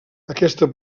aquesta